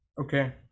Okay